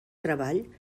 treball